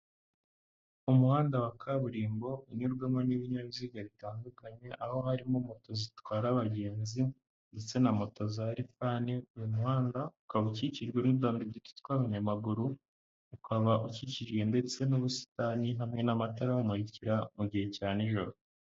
Umuhanda wa kaburimbo unyurwamo n'ibinyabiziga bitandukanye, aho harimo moto zitwara abagenzi ndetse na moto za rifani, uyu muhanda ukaba ukikijwe n'indangi twa abanyamaguru, ukaba ukikiriye ndetse n'ubusitani hamwe n'amatara abamurikira mu gihe cya n'ijoro.